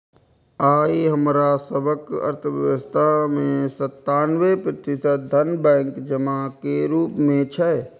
आइ हमरा सभक अर्थव्यवस्था मे सत्तानबे प्रतिशत धन बैंक जमा के रूप मे छै